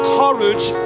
courage